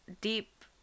deep